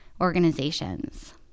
organizations